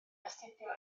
astudio